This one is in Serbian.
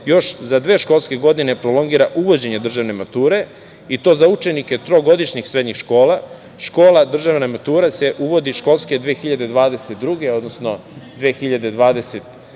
još za dve školske godine, prolongira uvođenje državne mature i to za učenike trogodišnjih srednjih škola, škola državne mature se uvodi školske 2022/2023.